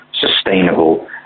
sustainable